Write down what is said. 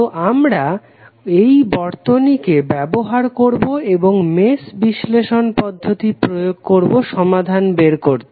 তো আমরা এই বর্তনীকে ব্যবহার করবো এবং মেশ বিশ্লেষণ পদ্ধতি প্রয়োগ করবো সমাধান বের করতে